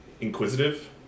inquisitive